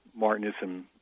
Martinism